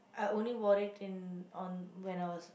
I only wore it in on when I was